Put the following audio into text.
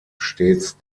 stets